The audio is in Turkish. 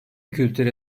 kültüre